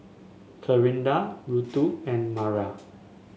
Clarinda Ruthe and Mara